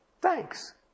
thanks